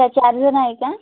काय चार जण आहे का